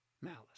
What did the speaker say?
malice